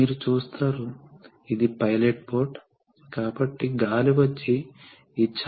మూడవది ఇది అధిక ప్రెషర్ తో పని చేస్తుంది కాబట్టి మూడు మోడ్లు ఉన్నాయి మరియు మోడ్లను ఎంచుకున్న బట్టి పని ఇలా జరుగుతుంది